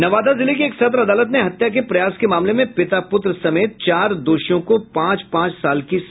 नवादा जिले की एक सत्र अदालत ने हत्या के प्रयास के मामले में पिता पुत्र समेत चार दोषियों को पांच पांच साल की सजा सुनाई है